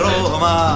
Roma